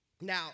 Now